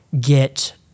get